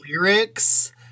lyrics